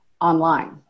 online